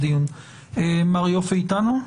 מר יפה אתנו?